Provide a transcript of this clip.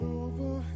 over